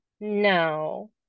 no